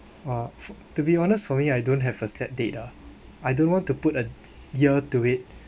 uh to be honest for me I don't have set date ah I don't want to put a year to it